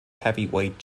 heavyweight